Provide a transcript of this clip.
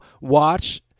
watch